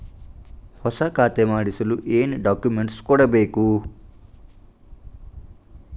ಹೊಸ ಖಾತೆ ಮಾಡಿಸಲು ಏನು ಡಾಕುಮೆಂಟ್ಸ್ ಕೊಡಬೇಕು?